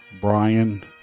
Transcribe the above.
Brian